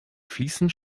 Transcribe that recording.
fließend